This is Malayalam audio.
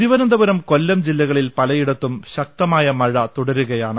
തിരുവനന്തപുരം കൊല്ലം ജില്ലകളിൽ പലയിടത്തും ശക്തമായമഴ തുട രുകയാണ്